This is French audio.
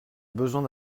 besoin